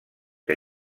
que